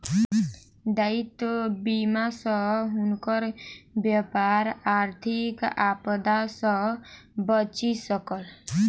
दायित्व बीमा सॅ हुनकर व्यापार आर्थिक आपदा सॅ बचि सकल